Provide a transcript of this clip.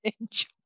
Enjoy